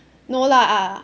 no lah